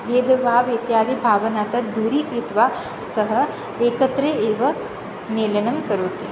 भेदभावः इत्यादि भावनात् दूरीकृत्वा सः एकत्रम् एव मेलनं करोति